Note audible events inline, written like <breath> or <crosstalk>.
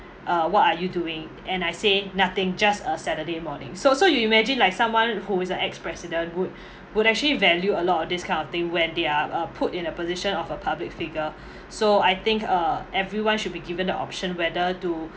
uh what are you doing and I say nothing just a saturday morning so so you imagine like someone who is a ex-president would <breath> would actually value a lot of this kind of thing when they are uh put in a position of a public figure <breath> so I think uh everyone should be given the option whether to